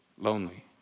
Lonely